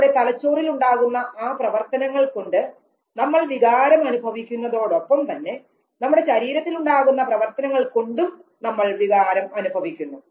നമ്മുടെ തലച്ചോറിലുണ്ടാകുന്ന ആ പ്രവർത്തനങ്ങൾ കൊണ്ട് നമ്മൾ വികാരം അനുഭവിക്കുന്നതോടൊപ്പം തന്നെ നമ്മുടെ ശരീരത്തിൽ ഉണ്ടാകുന്ന പ്രവർത്തനങ്ങൾ കൊണ്ടും നമ്മൾ വികാരം അനുഭവിക്കുന്നു